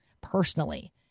personally